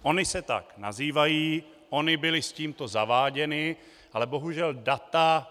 Ony se tak nazývají, ony byly s tímto zaváděny, ale bohužel data...